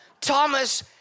Thomas